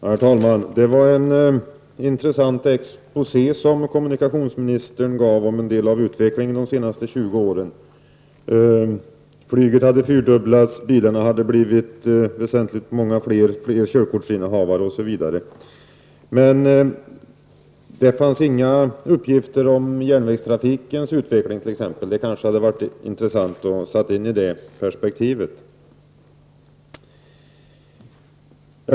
Herr talman! Det var en intressant exposé som kommunikationsministern gav om en del av utvecklingen de senaste 20 åren: flyget hade fyrdubblats, bilarna hade blivit väsentligt många fler, likaså körkortsinnehavarna, osv. Men det fanns inga uppgifter om t.ex. järnvägstrafikens utveckling. Det kanske hade varit intressant att sätta in i det perspektivet.